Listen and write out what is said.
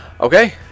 Okay